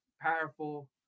powerful